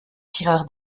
tireur